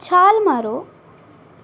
ਛਾਲ ਮਾਰੋ